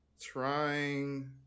trying